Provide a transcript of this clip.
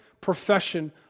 profession